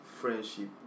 friendship